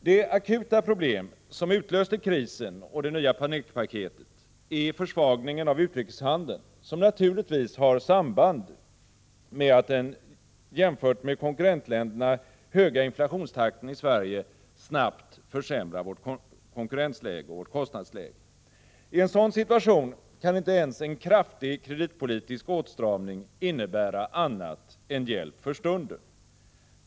Det akuta problem som utlöste krisen och det nya panikpaketet är försvagningen av utrikeshandeln, som naturligtvis har samband med att den jämfört med konkurrentländerna höga inflationstakten i Sverige snabbt försämrar vårt konkurrensläge och vårt kostnadsläge. I en sådan situation kan inte ens en kraftig kreditpolitisk åtstramning innebära annat än hjälp för stunden.